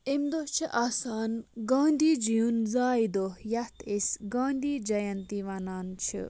امہِ دۄہ چھُ آسان گانٛدی جی یُن زایہِ دۄہ یَتھ أسۍ گانٛدی جَیَنٛتی وَنان چھِ